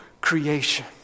creation